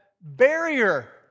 barrier